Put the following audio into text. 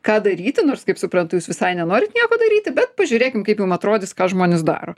ką daryti nors kaip suprantu jūs visai nenorit nieko daryti bet pažiūrėkim kaip jum atrodys ką žmonės daro